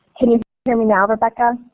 can you hear me now, rebecca?